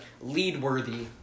lead-worthy